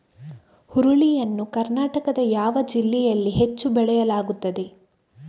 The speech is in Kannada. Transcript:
ಹುರುಳಿ ಯನ್ನು ಕರ್ನಾಟಕದ ಯಾವ ಜಿಲ್ಲೆಯಲ್ಲಿ ಹೆಚ್ಚು ಬೆಳೆಯಲಾಗುತ್ತದೆ?